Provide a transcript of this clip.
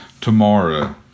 tomorrow